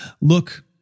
Look